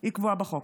בחוק.